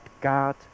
God